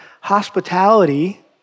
hospitality